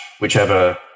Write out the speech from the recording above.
whichever